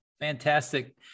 Fantastic